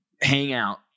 hangout